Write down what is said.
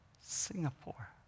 Singapore